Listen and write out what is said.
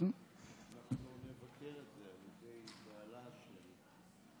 אנחנו נבקר את זה על ידי בעלה של ראדה,